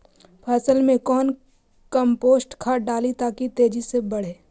फसल मे कौन कम्पोस्ट खाद डाली ताकि तेजी से बदे?